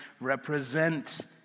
represent